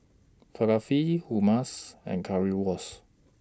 Falafel Hummus and Currywurst